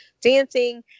dancing